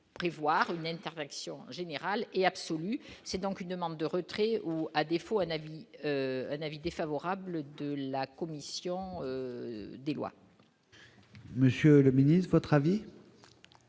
prévoir une interpellation générale et absolue, c'est donc une demande de retrait ou à défaut un avis, un avis défavorable de la commission des lois. Monsieur le Ministre votre avis.